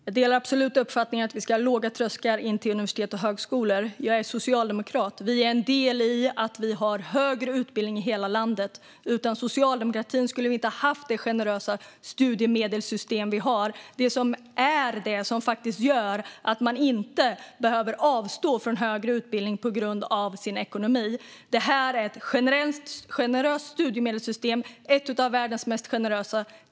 Herr talman! Jag delar absolut uppfattningen att vi ska ha låga trösklar in till universitet och högskolor. Jag är socialdemokrat, och vi är en del i att Sverige har högre utbildning i hela landet. Utan socialdemokratin skulle vi inte ha haft det generösa studiemedelssystem vi har - det som faktiskt gör att man inte behöver avstå från högre utbildning på grund av sin ekonomi. Det här är ett generöst studiemedelssystem - ett av världens mest generösa.